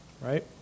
Right